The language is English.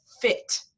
fit